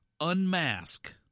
unmask